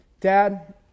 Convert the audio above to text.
Dad